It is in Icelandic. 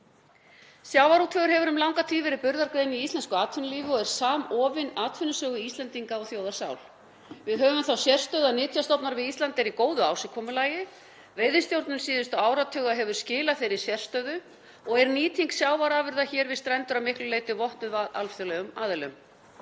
Sjávarútvegur hefur um langa tíð verið burðargrein í íslensku atvinnulífi og er samofinn atvinnusögu Íslendinga og þjóðarsál. Við höfum þá sérstöðu að nytjastofnar við Ísland eru í góðu ásigkomulagi. Veiðistjórn síðustu áratuga hefur skilað þeirri sérstöðu og er nýting sjávarafurða hér við strendur að miklu leyti vottuð af alþjóðlegum aðilum.